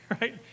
Right